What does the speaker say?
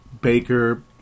Baker